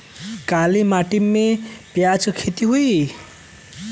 काली माटी में प्याज के खेती होई?